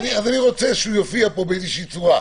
אז אני רוצה שהוא יופיע פה באיזושהי צורה.